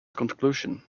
conclusion